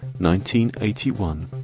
1981